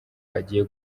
agiye